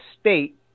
state